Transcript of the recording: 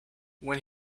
when